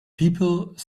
people